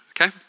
okay